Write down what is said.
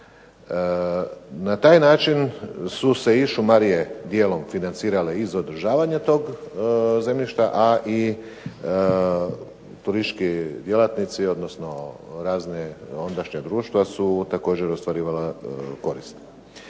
Na taj način su se i šumarije djelom financirale iz održavanja tog zemljišta a i turistički djelatnici odnosno razna ondašnja društva su također ostvarivala korist.